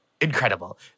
Incredible